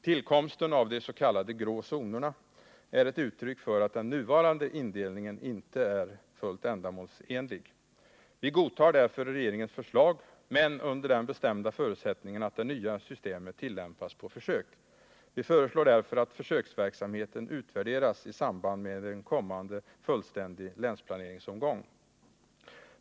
Tillkomsten av de s.k. grå zonerna är ett uttryck för att den nuvarande indelningen inte är fullt ändamålsenlig. Vi godtar därför regeringens förslag men under den bestämda förutsättningen att det nya systemet tillämpas på försök. Vi föreslår därjämte att försöksverksamheten utvärderas i samband med en kommande fullständig länsplaneringsomgång.